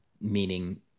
meaning